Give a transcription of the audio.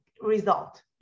result